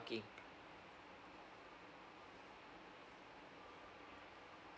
parking